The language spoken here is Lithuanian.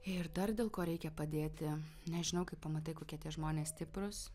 ir dar dėl ko reikia padėti nežinau kai pamatai kokie tie žmonės stiprūs